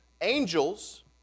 angels